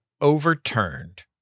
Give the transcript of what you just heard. overturned